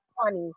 funny